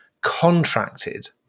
contracted